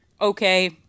okay